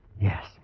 Yes